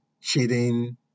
cheating